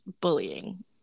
bullying